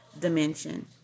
dimension